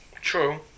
True